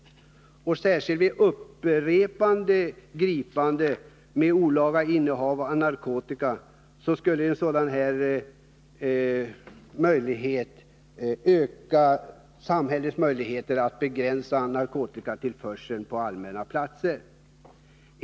Särskilt när det gäller upprepade gripanden för olaga innehav av narkotika skulle samhället på detta sätt få ökade möjligheter att begränsa narkotikatillförseln på allmänna platser.